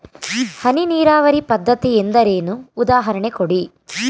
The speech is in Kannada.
ಹನಿ ನೀರಾವರಿ ಪದ್ಧತಿ ಎಂದರೇನು, ಉದಾಹರಣೆ ಕೊಡಿ?